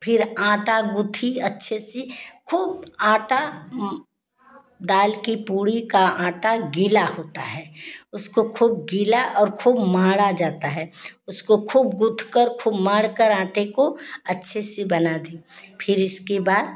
फिर आटा गूथी अच्छे से खुब आटा दाल की पूड़ी का आटा गीला होता है उसको खोब गीला और खूब माड़ा जाता है उसको खुब गूँथकर खुब माड़कर आटे को अच्छे से बना दी फिर इसके बाद